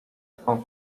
taką